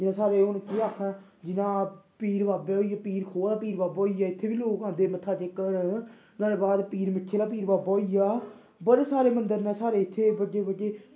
जि'यां साढ़े हून केह् आक्खां जि'यां पीर बाबे होई गेआ पीर खोह् आह्ला पीर बाबा होई गेआ इत्थै बी आंदे लोग मत्था टेकन नोहाड़े बाद पीर मिट्ठे आह्ला पीर बाबा होई गेआ बड़े सारे मंदर न साढ़े इत्थै बड्डे बड्डे